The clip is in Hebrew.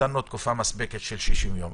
נתנו תקופה מספקת של 60 יום.